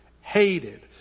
hated